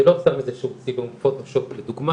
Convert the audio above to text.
זה לא סתם איזה שהוא צילום פוטושופ לדוגמה,